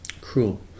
cruel